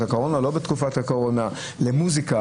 הקורונה או לא בתקופת הקורונה למוזיקה